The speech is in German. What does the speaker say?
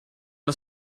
das